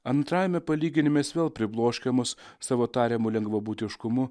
antrajame palyginimas vėl pribloškia mus savo tariamu lengvabūdiškumu